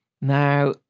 now